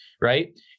right